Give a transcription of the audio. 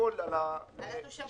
והכול --- על התושבים החוזרים.